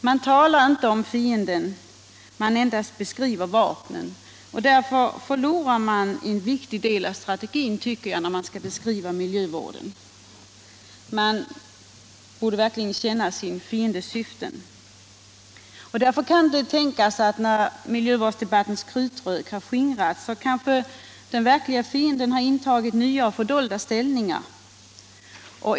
Man talar inte om fienden, man endast beskriver vapnen, och därför förlorar man en viktig del av strategin när man skall bedriva miljövård. Man borde verkligen känna sin fiendes syften. När miljövårdsdebattens krutrök har skingrats kan det därför tänkas att den verkliga fienden har intagit nya och fördolda ställningar.